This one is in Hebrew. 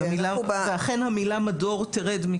אכן המילה מדור תרד.